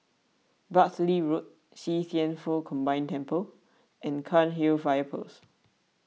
Bartley Road See Thian Foh Combined Temple and Cairnhill Fire Post